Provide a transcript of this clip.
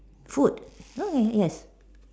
food okay yes